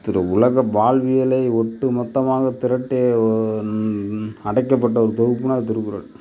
திரு உலக வாழ்வியலை ஒட்டு மொத்தமாக திரட்டிய ஓ அடைக்கப்பட்ட ஒரு தொகுப்புன்னா அது திருக்குறள்